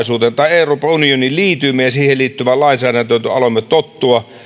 euroopan unioniin liityimme ja siihen liittyvään lainsäädäntöön aloimme tottua